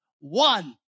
one